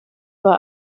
war